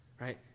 Right